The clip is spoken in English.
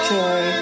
Joy